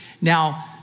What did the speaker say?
Now